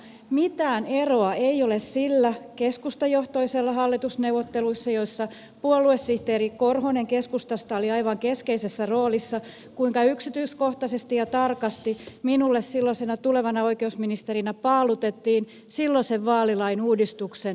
mitään eroa ei ole niillä keskustajohtoisilla hallitusneuvotteluilla joissa puoluesihteeri korhonen keskustasta oli aivan keskeisessä roolissa kun yksityiskohtaisesti ja tarkasti minulle silloisena tulevana oikeusministerinä paalutettiin silloisen vaalilain uudistuksen lähtökohdat